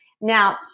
Now